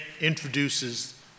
introduces